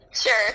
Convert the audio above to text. Sure